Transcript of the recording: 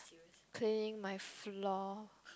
cleaning my floor